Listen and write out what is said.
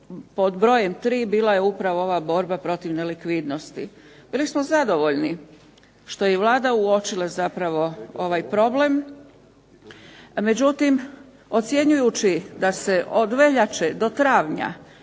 pod brojem 3 bila je upravo ova borba protiv nelikvidnosti. Bili smo zadovoljni što je i Vlada uočila zapravo ovaj problem, međutim ocjenjujući da se od veljače do travnja